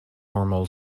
normal